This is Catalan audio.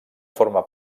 forma